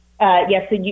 yes